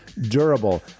durable